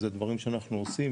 אלה דברים שאנחנו עושים,